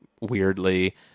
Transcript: Weirdly